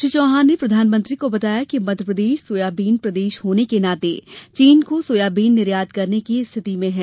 श्री चौहान ने प्रधानमंत्री को बताया कि मध्यप्रदेश सोयाबीन प्रदेश होने के नाते चीन को सोयाबीन निर्यात करने की स्थिति में है